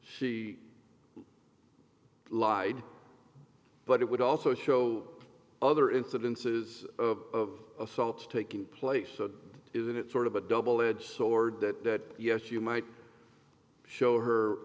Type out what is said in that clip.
she lied but it would also show other incidences of assaults taking place isn't it sort of a double edged sword that yes you might show her